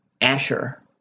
Asher